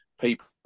people